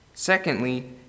Secondly